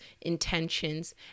intentions